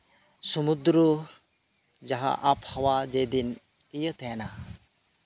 ᱥᱚᱢᱩᱫᱽᱫᱩᱨᱩ ᱟᱵᱚᱣᱟ ᱡᱮ ᱫᱤᱱ ᱤᱭᱟᱹ ᱛᱟᱸᱦᱮᱱᱟ